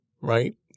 right